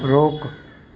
रोकु